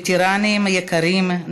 וטרנים יקרים,